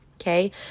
okay